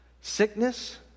Sickness